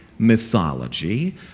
mythology